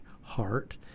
heart